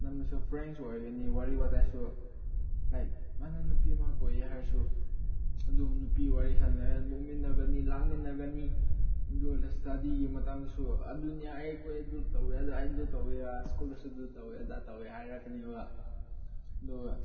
ꯌꯥꯝꯅꯁꯨ ꯐ꯭ꯔꯦꯡꯁꯨ ꯑꯣꯏꯔꯅꯤ ꯋꯥꯔꯤ ꯋꯇꯥꯏꯁꯨ ꯂꯥꯏꯛ ꯃꯥꯅ ꯅꯨꯄꯤ ꯑꯃ ꯀꯣꯏꯌꯦ ꯍꯥꯏꯔꯁꯨ ꯑꯗꯨ ꯅꯨꯄꯤ ꯋꯥꯔꯤ ꯁꯥꯟꯅꯔ ꯅꯣꯛꯃꯤꯟꯅꯒꯅꯤ ꯂꯥꯡꯃꯤꯟꯅꯒꯅꯤ ꯑꯗꯨꯒ ꯁ꯭ꯇꯥꯗꯤꯒꯤ ꯃꯇꯝꯗꯁꯨ ꯑꯗꯨꯅꯤ ꯑꯩ ꯀꯣꯏ ꯑꯗꯨ ꯇꯧꯏ ꯑꯩ ꯑꯗꯨ ꯇꯧꯏ ꯁ꯭ꯀꯨꯜꯗꯁꯨ ꯑꯗꯨ ꯇꯧꯏ ꯑꯗꯥ ꯇꯧꯏ ꯍꯥꯏꯔꯛꯀꯅꯦꯕ ꯑꯗꯨꯒ